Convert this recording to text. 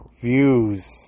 views